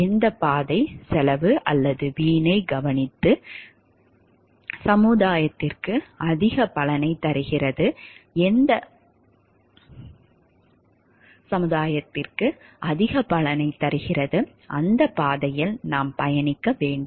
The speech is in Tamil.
எந்தப் பாதை செலவு அல்லது வீணையைக் கவனித்து சமுதாயத்திற்கு அதிகப் பலனைத் தருகிறது அந்தப் பாதையில் நாம் பயணிக்க வேண்டும்